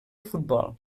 futbol